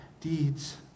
deeds